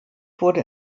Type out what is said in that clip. wurde